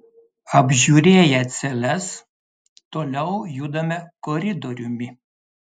apžiūrėję celes toliau judame koridoriumi